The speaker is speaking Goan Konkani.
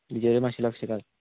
तुजेर मातशें लक्ष घाल